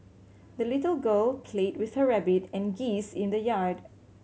the little girl played with her rabbit and geese in the yard